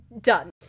Done